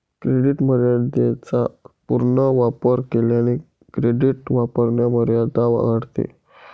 credit मर्यादेचा पूर्ण वापर केल्याने क्रेडिट वापरमर्यादा वाढते